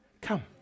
come